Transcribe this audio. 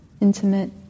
intimate